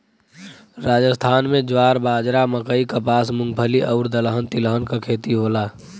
राजस्थान में ज्वार, बाजरा, मकई, कपास, मूंगफली आउर दलहन तिलहन के खेती होला